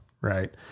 right